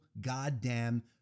goddamn